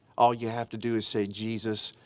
all you have to do is say jesus,